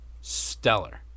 stellar